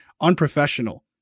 unprofessional